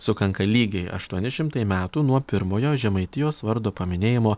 sukanka lygiai aštuoni šimtai metų nuo pirmojo žemaitijos vardo paminėjimo